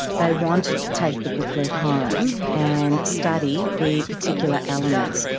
they wanted to take the booklet home and study the particular elements.